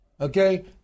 okay